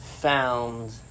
found